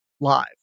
live